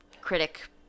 critic